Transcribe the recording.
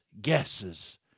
guesses